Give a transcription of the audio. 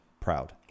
proud